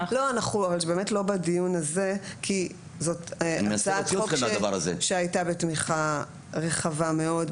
אנחנו באמת לא בדיון הזה כי זאת הצעת חוק שהייתה בתמיכה רחבה מאוד,